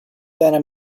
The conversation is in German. deiner